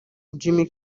jimmy